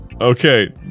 Okay